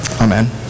Amen